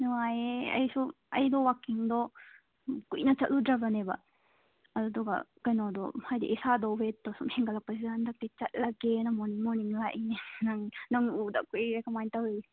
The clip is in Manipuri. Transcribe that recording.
ꯅꯨꯡꯉꯥꯏꯌꯦ ꯑꯩꯁꯨ ꯑꯩꯗꯣ ꯋꯥꯛꯀꯤꯡꯗꯣ ꯎꯝ ꯀꯨꯏꯅ ꯆꯠꯂꯨꯗ꯭ꯔꯕꯅꯦꯕ ꯑꯗꯨꯒ ꯀꯩꯅꯣꯗꯣ ꯍꯥꯏꯗꯤ ꯏꯁꯥꯗꯣ ꯋꯦꯠꯇꯣ ꯁꯨꯝ ꯍꯦꯟꯒꯠꯂꯛꯄꯁꯤꯗ ꯍꯟꯗꯛꯇꯤ ꯆꯠꯂꯦꯒꯅ ꯃꯣꯔꯅꯤꯡ ꯃꯣꯔꯅꯤꯡ ꯂꯥꯛꯏꯅꯦ ꯅꯪ ꯅꯪ ꯎꯗ ꯀꯨꯏꯔꯦ ꯀꯃꯥꯏ ꯇꯧꯔꯤꯒꯦ